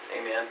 Amen